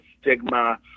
stigma